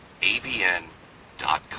avn.com